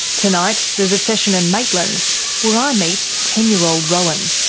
tonight there's a session in maitland where i meet ten year old rohan.